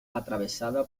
atravesada